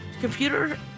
Computer